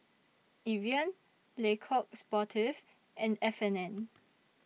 Evian Le Coq Sportif and F and N